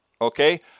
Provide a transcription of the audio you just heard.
Okay